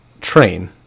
train